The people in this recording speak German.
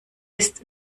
ist